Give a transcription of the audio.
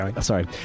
Sorry